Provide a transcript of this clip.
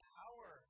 power